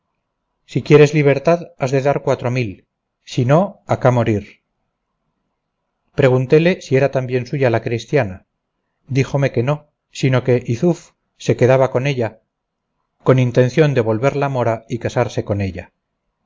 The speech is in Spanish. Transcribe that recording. si quisieres libertad has de dar cuatro mil si no acá morir preguntéle si era también suya la cristiana díjome que no sino que yzuf se quedaba con ella con intención de volverla mora y casarse con ella